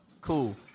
Cool